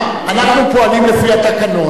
אנחנו פועלים לפי התקנון,